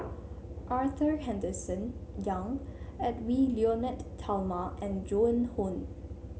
Arthur Henderson Young Edwy Lyonet Talma and Joan Hon